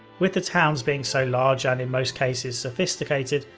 with the towns being so large and in most cases sophisticated,